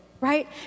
Right